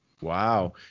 Wow